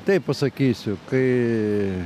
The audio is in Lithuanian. taip pasakysiu kai